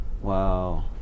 Wow